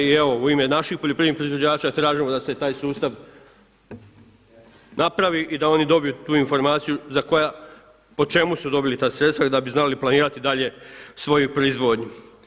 I evo u ime naših poljoprivrednih proizvođača tražimo da se taj sustav napravi i da oni dobiju tu informaciju po čemu su dobili ta sredstva da bi znali planirati dalje svoju proizvodnju.